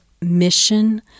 mission